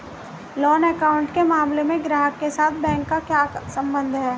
Loan account के मामले में ग्राहक के साथ बैंक का क्या संबंध है?